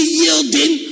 yielding